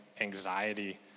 anxiety